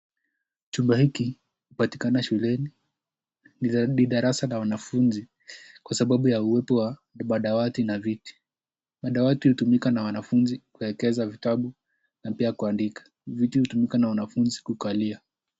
Chumba hiki hupatikana shuleni. Ni darasa la wanafunzi kwa sababu ya uwepo wa madawati na viti. Madawati hutumika na wanafunzi kuekeza vitabu na pia kuandika. Viti hutumika na wanafunzi kukalia.